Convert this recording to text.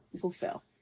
fulfill